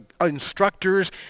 instructors